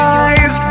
eyes